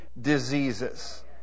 diseases